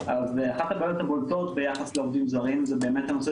ואחת הבעיות הבולטות ביחד לעובדים הזרים זה באמת הנושא